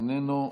איננו.